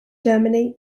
germany